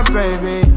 baby